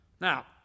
Now